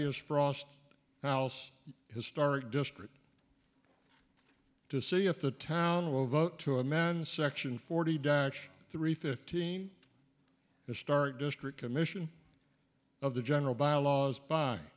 is frost house historic district to see if the town will vote to amend section forty duch three fifteen historic district commission of the general bylaws by